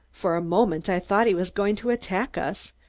for a moment i thought he was going to attack us,